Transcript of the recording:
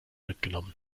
mitgenommen